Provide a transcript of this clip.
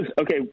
okay